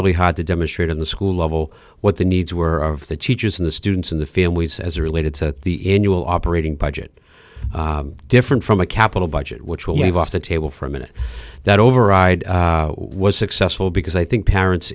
really hard to demonstrate in the school level what the needs were of the teachers and the students and the families as related to the a new will operating budget different from a capital budget which will leave off the table for a minute that override was successful because i think parents